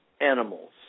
animals